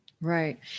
Right